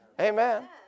Amen